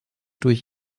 durch